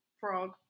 Frog